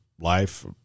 life